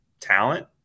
talent